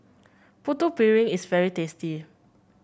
Putu Piring is very tasty